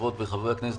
חברות וחברי הכנסת.